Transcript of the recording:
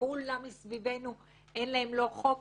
שלכולם מסביבנו אין לא חוק,